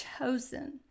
chosen